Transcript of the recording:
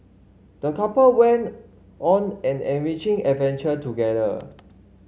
the couple went on an enriching adventure together